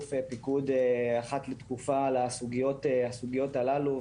אלוף הפיקוד אחת לתקופה על הסוגיות הללו,